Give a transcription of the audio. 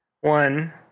one